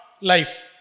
life